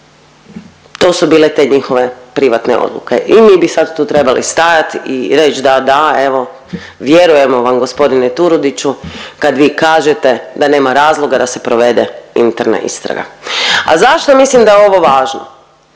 To su bile te njihove privatne odluke i mi bi sad tu trebali stajat i reć da, da evo vjerujemo vam g. Turudiću kad vi kažete da nema razloga da se provede interna istraga. A zašto mislim da je ovo važno?